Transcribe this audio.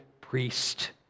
priest